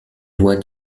loi